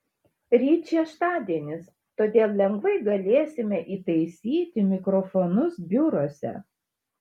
ryt šeštadienis todėl lengvai galėsime įtaisyti mikrofonus biuruose